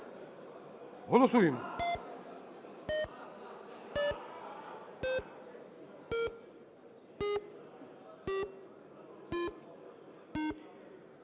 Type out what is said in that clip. Голосуємо,